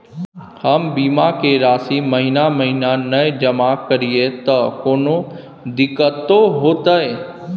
हम बीमा के राशि महीना महीना नय जमा करिए त कोनो दिक्कतों होतय?